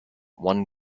one